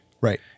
Right